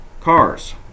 cars